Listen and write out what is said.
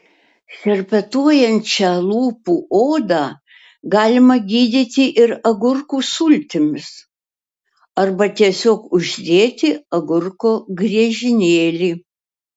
šerpetojančią lūpų odą galima gydyti ir agurkų sultimis arba tiesiog uždėti agurko griežinėlį